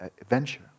adventure